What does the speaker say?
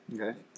Okay